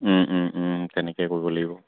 তেনেকৈ কৰিব লাগিব